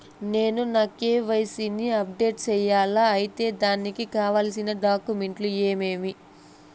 నేను నా కె.వై.సి ని అప్డేట్ సేయాలా? అయితే దానికి కావాల్సిన డాక్యుమెంట్లు ఏమేమీ?